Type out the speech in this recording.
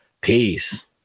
Peace